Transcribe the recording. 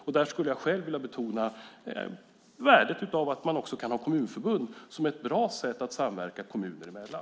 Jag skulle själv vilja betona värdet av att man kan ha kommunförbund som ett bra sätt att samverka kommuner emellan.